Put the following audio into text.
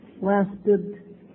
lasted